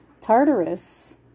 Tartarus